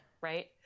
Right